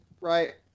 right